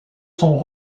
sont